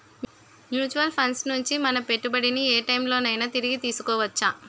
Mutual funds నుండి మన పెట్టుబడిని ఏ టైం లోనైనా తిరిగి తీసుకోవచ్చా?